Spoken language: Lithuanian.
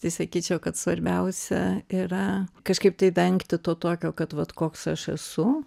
tai sakyčiau kad svarbiausia yra kažkaip tai vengti to tokio kad vat koks aš esu